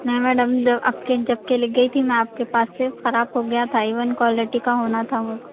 نہیں میڈم جو اب کی جب چلی گئی تھی میں آپ کے پاس سے خراب ہو گیا تھا ایون کوالٹی کا ہونا تھا وہ